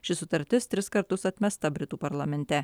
ši sutartis tris kartus atmesta britų parlamente